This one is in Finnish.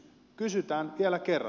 kysytään vielä kerran